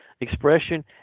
expression